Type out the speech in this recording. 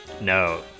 No